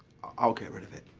i'll get rid of it.